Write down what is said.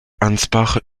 ansbach